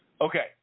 Okay